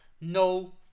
No